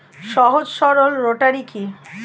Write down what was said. সহজ সরল রোটারি কি?